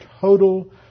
total